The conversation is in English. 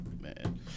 Man